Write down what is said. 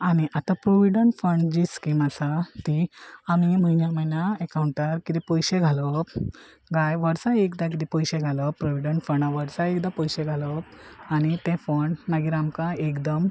आनी आतां provident fund जी स्कीम आसा ती आमी म्हयन्या म्हयन्या एकावंटार कितें पयशे घालप काय वर्सा एकदां किदें पयशे घालप प्रोविडंट फंडा वर्सा एकदां पयशे घालप आनी ते फंड मागीर आमकां एकदम